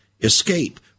escape